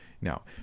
Now